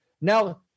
Now